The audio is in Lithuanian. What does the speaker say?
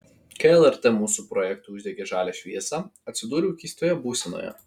kai lrt mūsų projektui uždegė žalią šviesą atsidūriau keistoje būsenoje